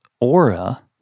aura